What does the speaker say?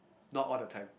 not all the time